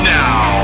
now